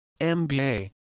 MBA